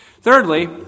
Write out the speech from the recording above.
Thirdly